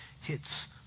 hits